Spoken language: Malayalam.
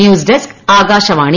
news desk Akashvani